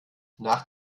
nach